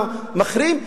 אתה מחרים.